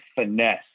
finesse